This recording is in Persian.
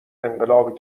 انقلاب